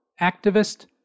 Activist